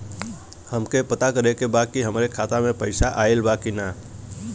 हमके पता करे के बा कि हमरे खाता में पैसा ऑइल बा कि ना?